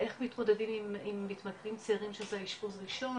איך מתמודדים עם מתמכרים צעירים שזה אשפוז ראשון,